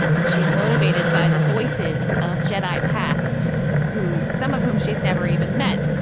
and she's motivated by the voices of jedi past who some of whom she's never even met,